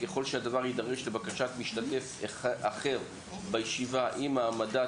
ככל שהדבר יידרש לבקשת משתתף אחר בישיבה עם העמדת